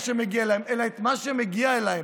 אלא את מה שמגיע להם,